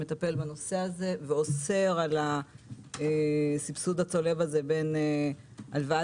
שמטפל בנושא הזה ואוסר על הסבסוד הצולב הזה בין הלוואת